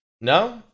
No